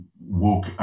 woke